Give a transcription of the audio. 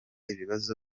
ibibazo